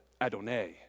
Adonai